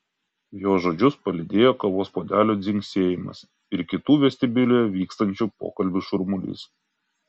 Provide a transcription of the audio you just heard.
jo žodžius palydėjo kavos puodelių dzingsėjimas ir kitų vestibiulyje vykstančių pokalbių šurmulys